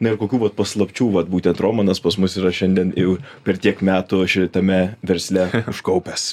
na ir kokių vat paslapčių vat būtent romanas pas mus yra šiandien jau per tiek metų šitame versle užkaupęs